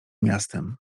miastem